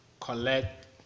collect